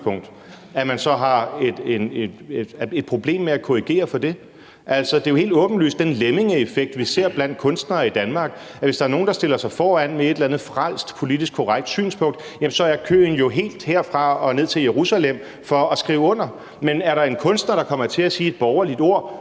så har man et problem med at korrigere for det. Det er jo helt åbenlyst med den lemmingeeffekt, vi ser blandt kunstnere i Danmark: Hvis der er nogen, der stiller sig foran med et eller andet frelst, politisk korrekt synspunkt, så er køen jo helt herfra og ned til Jerusalem for at skrive under, men er der en kunstner, der kommer til at sige et borgerligt ord,